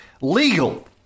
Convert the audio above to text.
legal